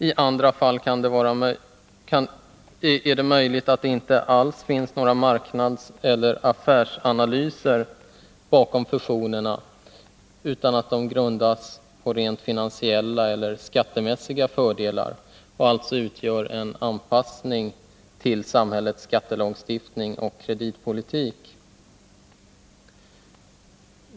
I andra fall är det möjligt att det inte alls finns några marknadseller affärsanalyser bakom fusionerna, utan att de grundas på rent finansiella eller skattemässiga fördelar och alltså utgör en anpassning till samhällets skattelagstiftning och kreditpolitik.